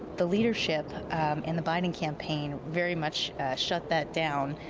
the leadership in the biden campaign, very much shut that down.